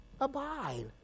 Abide